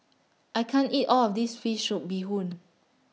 I can't eat All of This Fish Soup Bee Hoon